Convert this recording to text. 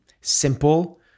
simple